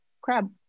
crab